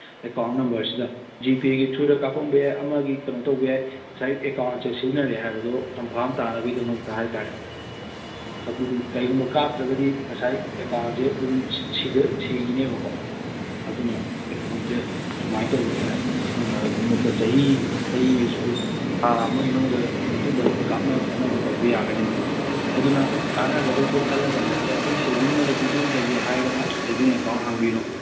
account ꯅꯝꯕꯔꯁꯤꯗ G ꯄꯦꯒꯤ ꯊ꯭ꯔꯨꯗ ꯀꯥꯞꯄꯝꯕ ꯌꯥꯏ ꯑꯃꯒꯤ ꯀꯩꯅꯣ ꯇꯧꯕ ꯌꯥꯏ ꯉꯁꯥꯏ ꯑꯦꯀꯥꯎꯟꯁꯦ ꯁꯤꯖꯤꯟꯅꯔꯦ ꯍꯥꯏꯗꯣ ꯀꯟꯐꯥꯝ ꯇꯥꯅꯕꯩꯗꯃꯛꯇ ꯍꯥꯏꯇꯥꯏ ꯑꯗꯨꯅ ꯀꯩꯒꯨꯝꯕ ꯀꯥꯞꯇ꯭ꯔꯒꯗꯤ ꯉꯁꯥꯏ ꯑꯦꯀꯥꯎꯟꯁꯦ ꯑꯗꯨꯝ ꯁꯤꯒꯤꯅꯦꯕꯀꯣ ꯑꯗꯨꯅ ꯑꯦꯀꯥꯎꯟꯁꯦ ꯁꯨꯃꯥꯏꯅ ꯇꯧꯕ ꯇꯥꯏ ꯆꯍꯤ ꯆꯍꯤꯌꯦ ꯁꯣꯔꯤ ꯊꯥ ꯑꯃꯒꯤ ꯃꯅꯨꯡꯗ ꯑꯗꯨꯝ ꯀꯥꯞꯅ ꯈꯣꯠꯅꯕ ꯇꯧꯕ ꯌꯥꯒꯅꯦꯕ ꯑꯗꯨꯅ ꯀꯥꯅꯒꯗꯧꯗꯣ ꯈꯜꯂꯀꯥꯟꯗ ꯑꯦ ꯑꯩ ꯁꯦꯚꯤꯡ ꯑꯣꯏꯅ ꯇꯨꯡꯖꯤꯟꯖꯒꯦ ꯍꯥꯏꯔꯒꯅ ꯁꯦꯚꯤꯡ ꯑꯦꯀꯥꯎꯟ ꯍꯥꯡꯕꯤꯔꯣ